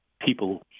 people